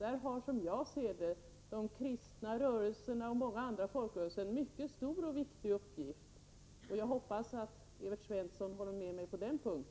Där har, som jag ser det, de kristna rörelserna och många andra folkrörelser en mycket stor och viktig uppgift. Jag hoppas att Evert Svensson håller med mig på denna punkt.